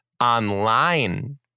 online